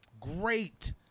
great